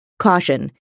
Caution